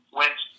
went